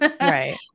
Right